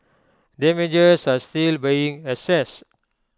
damages are still being assessed